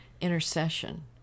intercession